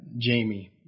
Jamie